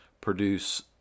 produce